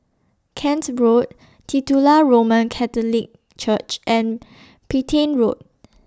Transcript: Kent Road Titular Roman Catholic Church and Petain Road